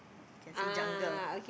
can see jungle